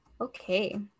Okay